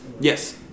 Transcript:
Yes